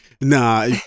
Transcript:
nah